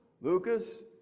Lucas